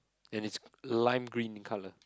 and it's lime green in colour